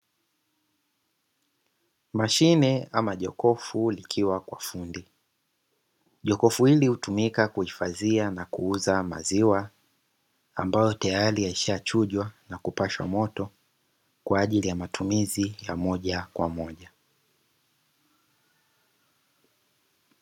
Mashine ama jokofu likiwa kwa fundi, jokofu hili hutumika kuhifadhia na kuuza maziwa ambayo tayari yameshachujwa na kupashwa moto, kwa ajili ya matumizi ya moja kwa moja.